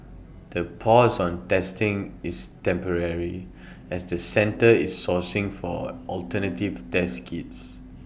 the pause on testing is temporary as the center is sourcing for alternative test kits